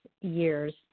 years